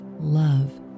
love